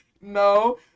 No